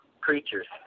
creatures